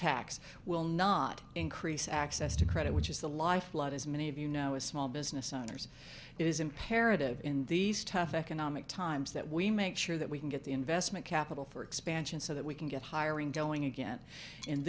tax will not increase access to credit which is the lifeblood as many of you know a small business owners it is imperative in these tough economic times that we make sure that we can get the investment capital for expansion so that we can get hiring doing again in